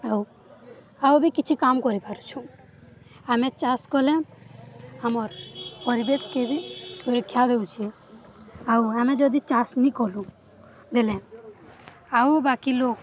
ଆଉ ଆଉ ବି କିଛି କାମ କରିପାରୁଛୁ ଆମେ ଚାଷ୍ କଲେ ଆମର୍ ପରିବେଶ କେ ବି ସୁରକ୍ଷା ଦେଉଛେ ଆଉ ଆମେ ଯଦି ଚାଷ୍ ନ କଲୁ ବେଲେ ଆଉ ବାକି ଲୋକ୍